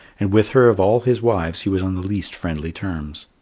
and with her of all his wives he was on the least friendly terms.